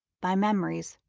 by memories,